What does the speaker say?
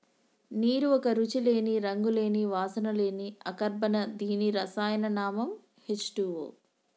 నీరు ఒక రుచి లేని, రంగు లేని, వాసన లేని అకర్బన దీని రసాయన నామం హెచ్ టూవో